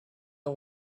the